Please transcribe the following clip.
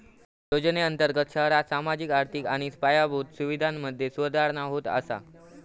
योजनेअंर्तगत शहरांत सामाजिक, आर्थिक आणि पायाभूत सुवीधांमधे सुधारणा होत असा